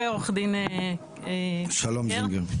ועורך דין שלום זינגר.